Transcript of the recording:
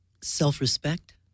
Self-respect